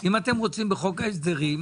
אם אתם רוצים בחוק ההסדרים,